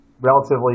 relatively